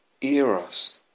eros